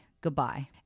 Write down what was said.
Goodbye